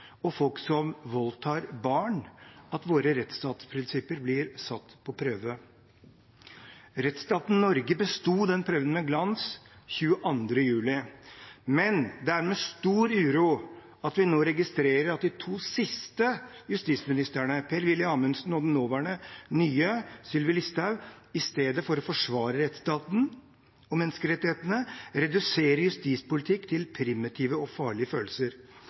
og folk som voldtar barn, at våre rettsstatsprinsipper blir satt på prøve. Rettsstaten Norge besto den prøven med glans 22. juli. Men det er med stor uro vi nå registrerer at de to siste justisministerne – Per Willy Amundsen og den nåværende nye, Sylvi Listhaug – i stedet for å forsvare rettsstaten og menneskerettighetene reduserer justispolitikk til primitive og farlige følelser.